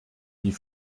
die